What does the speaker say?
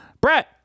brett